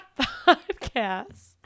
podcasts